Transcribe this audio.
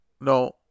No